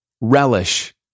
relish